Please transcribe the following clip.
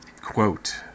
Quote